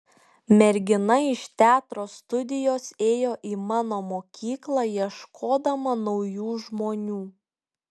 mergina iš teatro studijos ėjo į mano mokyklą ieškodama naujų žmonių